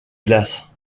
glace